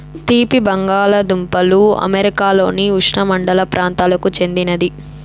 తీపి బంగాలదుంపలు అమెరికాలోని ఉష్ణమండల ప్రాంతాలకు చెందినది